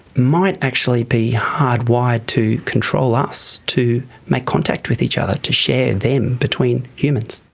might actually be hardwired to control us to make contact with each other, to share them between humans.